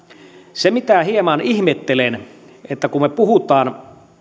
se mitä hieman ihmettelen on se että kun me puhumme